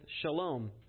shalom